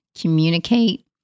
communicate